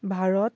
Bharat